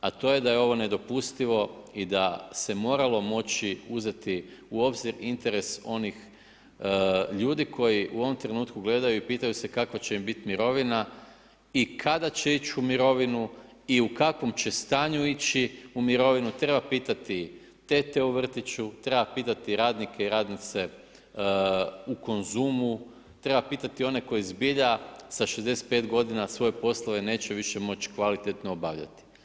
A to je da je ovo nedopustivo i da se moralo moći uzeti u obzir interes onih ljudi koji u ovom trenutku gledaju i pitaju se kakva će im bit mirovina i kada će ić u mirovinu i u kakvom će stanju ići u mirovinu, treba pitati tete u vrtiću, treba pitati radnike i radnice u Konzumu, treba pitati one koji zbilja sa 65 godina neće više moć kvalitetno obavljati.